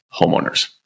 homeowners